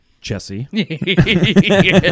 Jesse